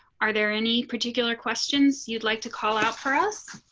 are there any particular questions you'd like to call out for us.